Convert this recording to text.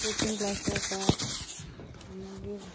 coaching classes आसा मागीर